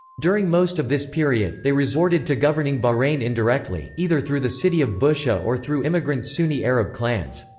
during most of this period, they resorted to governing bahrain indirectly, either through the city of bushehr or through immigrant sunni arab clans.